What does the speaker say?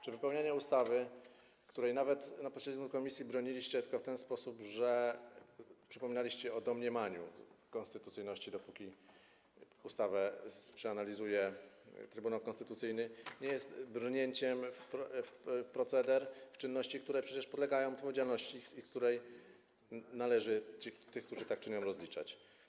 Czy wypełnienie ustawy, której nawet na posiedzeniu komisji broniliście tylko w ten sposób, że przypominaliście o domniemaniu jej konstytucyjności, dopóki ustawę analizuje Trybunał Konstytucyjny, nie jest brnięciem w proceder, w czynności, które przecież podlegają odpowiedzialności i z których należy tych, którzy tak czynią, rozliczać?